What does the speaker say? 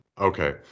Okay